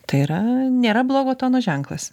tai yra nėra blogo tono ženklas